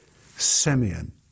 Simeon